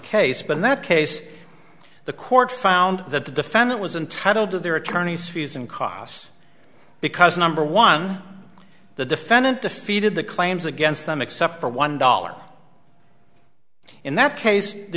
case but in that case the court found that the defendant was entitled to their attorneys fees and costs because number one the defendant defeated the claims against them except for one dollar in that case the